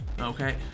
Okay